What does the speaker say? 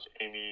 Amy